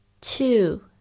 Two